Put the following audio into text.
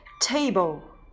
table